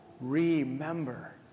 remember